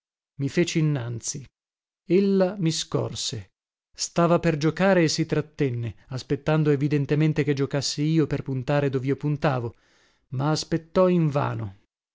i feci innanzi ella mi scorse stava per giocare e si trattenne aspettando evidentemente che giocassi io per puntare dovio puntavo ma aspettò invano